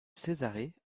césarée